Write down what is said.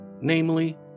Namely